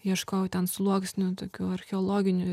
ieškojau ten sluoksnių tokių archeologinių